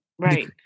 Right